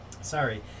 Sorry